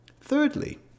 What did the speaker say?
Thirdly